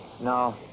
No